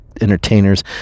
Entertainers